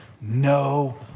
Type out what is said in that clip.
no